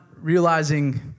realizing